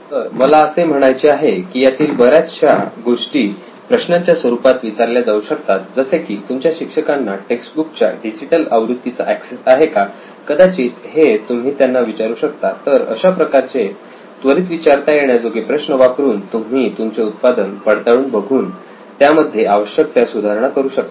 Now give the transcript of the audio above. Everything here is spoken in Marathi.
तर मला असे म्हणायचे आहे की यातील बऱ्याचशा गोष्टी प्रश्नांच्या स्वरूपात विचारल्या जाऊ शकतात जसे की तुमच्या शिक्षकांना टेक्स्ट बुक च्या डिजिटल आवृत्तीला एक्सेस आहे का कदाचित हे तुम्ही त्यांना विचारू शकता तर अशा प्रकारचे त्वरित विचारता येण्याजोगे प्रश्न वापरून तुम्ही तुमचे उत्पादन पडताळून बघून त्यामध्ये आवश्यक त्या सुधारणा करू शकता